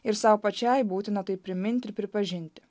ir sau pačiai būtina tai priminti ir pripažinti